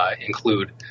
include